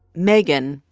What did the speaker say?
megan,